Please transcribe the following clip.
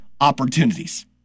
opportunities